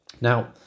Now